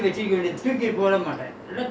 why pull my father in